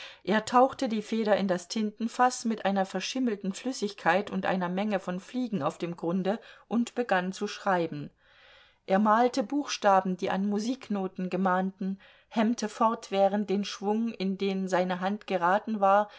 er tauchte die feder in das tintenfaß mit einer verschimmelten flüssigkeit und einer menge von fliegen auf dem grunde und begann zu schreiben er malte buchstaben die an musiknoten gemahnten hemmte fortwährend den schwung in den seine hand geraten war